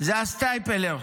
זה הסטייפלר.